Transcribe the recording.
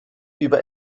über